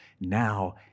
now